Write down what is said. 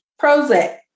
Prozac